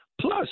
plus